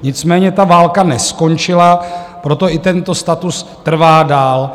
Nicméně ta válka neskončila, proto i tento status trvá dál.